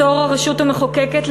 בתור הרשות המחוקקת,